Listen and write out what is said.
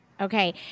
Okay